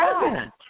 president